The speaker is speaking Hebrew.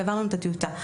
והעברנו את הטיוטה.